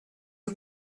you